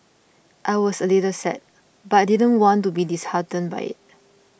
I was a little sad but I didn't want to be disheartened by it